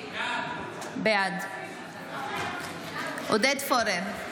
בעד עודד פורר,